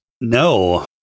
No